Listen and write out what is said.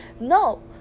no